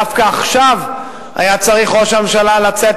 דווקא עכשיו היה צריך ראש הממשלה לצאת,